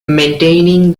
maintaining